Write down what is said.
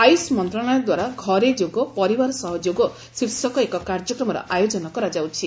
ଆୟୁଷ ମନ୍ତଶାଳୟ ଦ୍ୱାରା 'ଘରେ ଯୋଗ ପରିବାର ସହ ଯୋଗ' ଶୀର୍ଷକ ଏକ କାର୍ଯ୍ୟକ୍ରମର ଆୟୋଜନ କରାଯାଉଛି